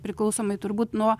priklausomai turbūt nuo